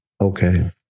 okay